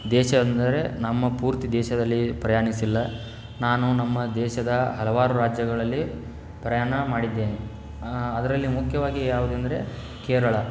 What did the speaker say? ದೇಶವೆಂದರೆ ನಮ್ಮ ಪೂರ್ತಿ ದೇಶದಲ್ಲಿ ಪ್ರಯಾಣಿಸಿಲ್ಲ ನಾನು ನಮ್ಮ ದೇಶದ ಹಲವಾರು ರಾಜ್ಯಗಳಲ್ಲಿ ಪ್ರಯಾಣ ಮಾಡಿದ್ದೇನೆ ಅದರಲ್ಲಿ ಮುಖ್ಯವಾಗಿ ಯಾವುದೆಂದರೆ ಕೇರಳ